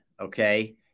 okay